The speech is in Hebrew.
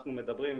אנחנו מדברים,